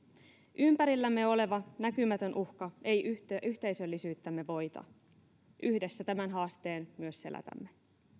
ympärillämme oleva näkymätön uhka ei yhteisöllisyyttämme voita yhdessä tämän haasteen myös selätämme